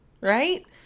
Right